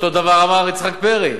אותו דבר אמר יצחק פרי.